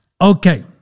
Okay